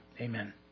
amen